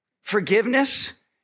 forgiveness